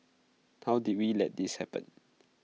how did we let this happen